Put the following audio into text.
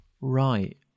Right